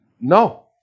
no